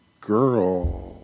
girl